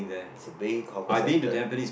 it's a big hawker centre